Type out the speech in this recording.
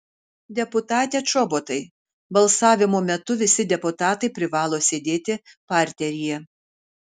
deputate čobotai balsavimo metu visi deputatai privalo sėdėti parteryje